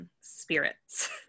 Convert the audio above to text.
spirits